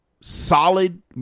solid